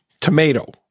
tomato